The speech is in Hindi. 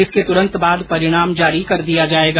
इसके त्रंत बाद परिणाम जारी कर दिया जायेगा